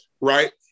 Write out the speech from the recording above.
right